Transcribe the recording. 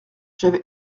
j’avais